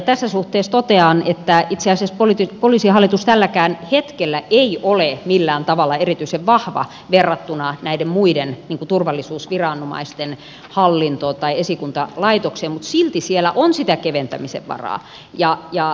tässä suhteessa totean että itse asiassa poliisihallitus tälläkään hetkellä ei ole millään tavalla erityisen vahva verrattuna näiden muiden turvallisuusviranomaisten hallintoon tai esikuntalaitokseen mutta silti siellä on sitä keventämisen varaa